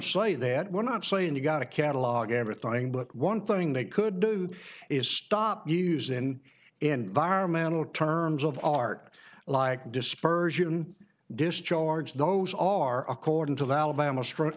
site that we're not saying you got a catalog everything but one thing they could do is stop use in environmental terms of art like dispersion discharge those all are according to the alabama str